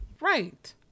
right